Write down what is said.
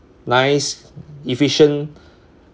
nice efficient